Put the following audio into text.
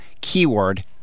keyword